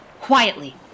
Quietly